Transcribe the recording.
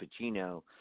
Pacino